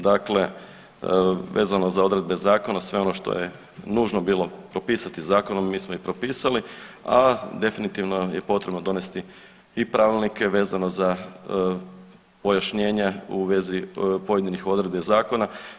Dakle, vezano za odredbe zakona sve ono što je nužno bilo propisati zakonom mi smo i propisali, a definitivno je potrebno donesti i pravilnike vezano za pojašnjenja u vezi pojedinih odredbi zakona.